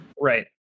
Right